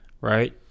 right